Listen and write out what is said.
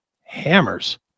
hammers